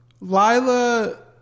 Lila